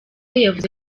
yavuze